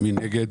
מי נגד?